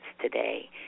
today